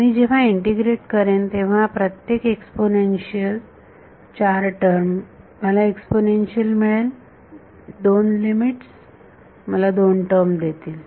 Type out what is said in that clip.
मी जेव्हा इंटिग्रेट करेन तेव्हा प्रत्येक एक्सपोनेन्शियल चार टर्म मला एक्सपोनेन्शियल मिळेल दोन लिमिट्स मला दोन टर्म देतील